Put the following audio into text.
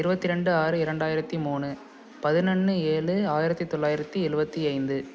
இருபத்தி ரெண்டு ஆறு இரண்டாயிரத்து மூணு பதினொன்று ஏழு ஆயிரத்தி தொள்ளாயிரத்தி எழுவத்தி ஐந்து